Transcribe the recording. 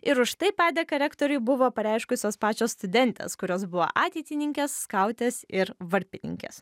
ir už tai padėką rektoriui buvo pareiškusios pačios studentės kurios buvo ateitininkės skautės ir varpininkės